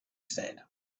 said